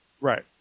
Right